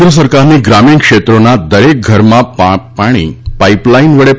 કેન્દ્ર સરકારની ગ્રામીણ ક્ષેત્રોના દરેક ઘરમાં પાણી પાઈપલાઈન વડે